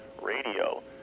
radio